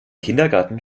kindergarten